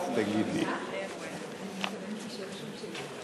קודם כול בשעה טובה.